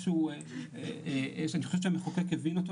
גם מבחינת הייבוא,